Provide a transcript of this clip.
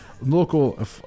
local